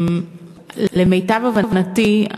למיטב הבנתי,